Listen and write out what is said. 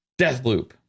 Deathloop